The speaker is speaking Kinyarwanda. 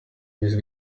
byiza